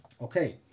Okay